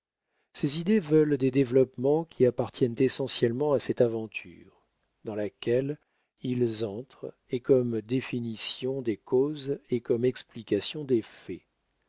ces idées veulent des développements qui appartiennent essentiellement à cette aventure dans laquelle ils entrent et comme définition des causes et comme explication des faits